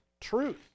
truth